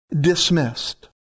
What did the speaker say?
dismissed